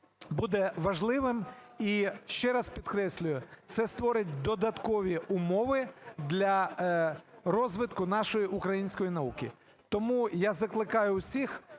буде важливим, і, ще раз підкреслюю, це створить додаткові умови для розвитку нашої української науки. Тому я закликаю усіх